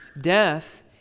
Death